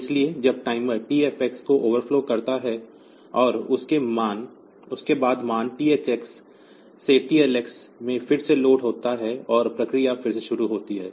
इसलिए जब timer TFx को ओवरफ्लो करता है और उसके बाद मान THx से TLx में फिर से लोड होता है और प्रक्रिया फिर से शुरू होती है